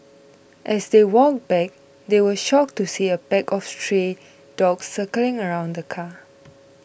as they walked back they were shocked to see a pack of stray dogs circling around the car